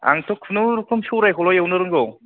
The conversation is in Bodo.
आंथ' खुनु रुखुम सौरायखौल एवनो रोंगौ